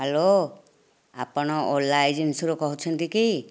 hello ଆପଣ ଓଲା ଏଜେନ୍ସିରୁ କହୁଛନ୍ତି କି